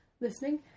listening